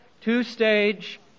two-stage